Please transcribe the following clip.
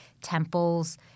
temples